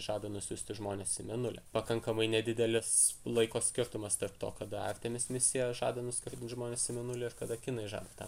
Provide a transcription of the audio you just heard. žada nusiųsti žmones į mėnulį pakankamai nedidelis laiko skirtumas tarp to kada artemis misija žada nuskraidint žmones į mėnulį ir kada kinai žada tą